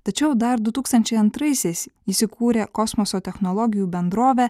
tačiau dar du tūkstančiai antraisiais jis įkūrė kosmoso technologijų bendrovę